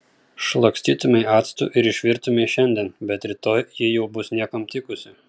šlakstytumei actu ir išvirtumei šiandien bet rytoj ji jau bus niekam tikusi